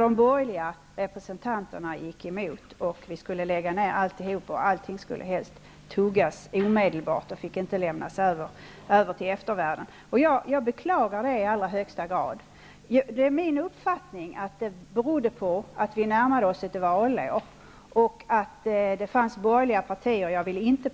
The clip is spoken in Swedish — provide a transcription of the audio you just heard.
De borgerliga representanterna gick emot och ville lägga ned allt arbete. Allt material skulle helst ''tuggas'' omedelbart, och inget fick lämnas över till eftervärlden. Jag beklagar i allra högsta grad detta. Det är min uppfattning att detta berodde på att vi närmade oss ett valår och att det fanns borgerliga partier -- jag